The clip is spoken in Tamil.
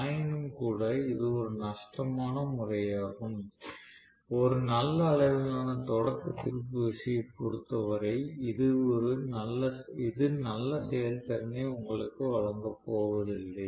ஆயினும்கூட இது ஒரு நஷ்டமான முறையாகும் ஒரு நல்ல அளவிலான தொடக்க திருப்பு விசையை பொறுத்த வரை இது நல்ல செயல்திறனை உங்களுக்கு வழங்கப்போவதில்லை